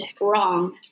wrong